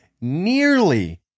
nearly